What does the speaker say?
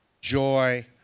joy